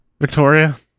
Victoria